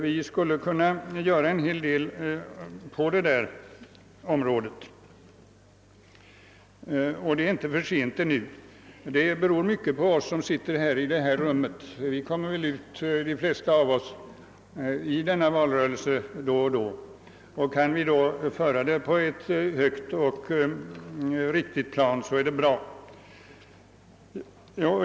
Vi skulle kunna göra en hel del på detta område, och det är ännu inte för sent. Mycket beror på oss som är församlade i denna kammare. De flesta av oss deltar då och då i valrörelsen och det gäller därvid att föra diskussionen på ett högt och värdigt plan.